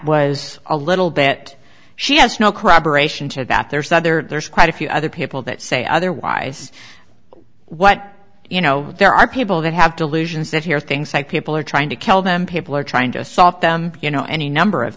was a little bit she has no corroboration to that there's that there's quite a few other people that say otherwise what you know there are people that have delusions that hear things like people are trying to kill them people are trying to solve them you know any number of